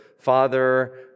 father